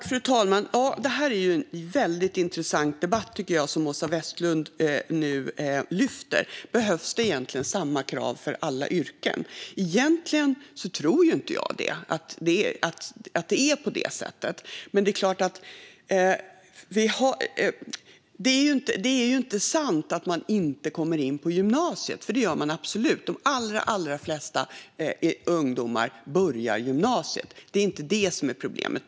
Fru talman! Åsa Westlund tar upp en väldigt intressant debatt: Behövs det samma krav för alla yrken? Egentligen tror jag inte att det är så. Men det är inte sant att man inte kommer in på gymnasiet, för det gör man absolut. De allra flesta ungdomar börjar gymnasiet. Det är inte det som är problemet.